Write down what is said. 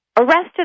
arrested